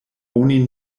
oni